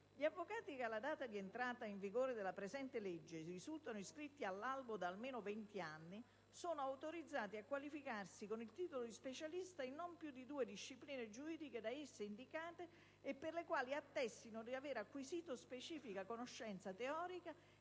gli avvocati che all'entrata in vigore della stessa risultano iscritti all'albo da almeno venticinque anni sono autorizzati a qualificarsi con il titolo di specialista in non più di 2 discipline giuridiche da essi indicate e per le quali attestino di aver acquisito specifica conoscenza teorica e significativa